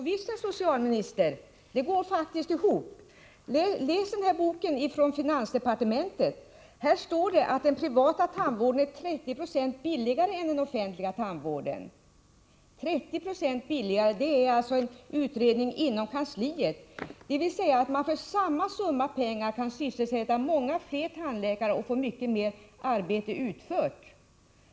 Herr talman! Jo visst, det går faktiskt ihop, herr socialminister. I en bok från finansdepartementet om jämförelser mellan privat och offentlig tandvård står att den privata tandvården är 30 96 billigare än den offentliga. Det är alltså en utredning som har gjorts inom regeringskansliet. För samma summa pengar kan man alltså sysselsätta många fler tandläkare och få mycket mer arbete utfört.